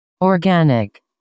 organic